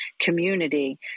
community